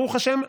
ברוך השם,